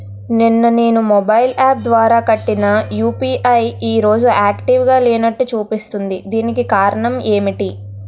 నిన్న నేను mobile app ద్వారా కట్టిన యు.పి.ఐ ఈ రోజు యాక్టివ్ గా లేనట్టు చూపిస్తుంది దీనికి కారణం ఏమిటి?